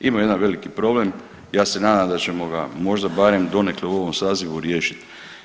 Imaju jedan veliki problem, ja se nadam da ćemo ga možda barem donekle u ovom sazivu riješiti.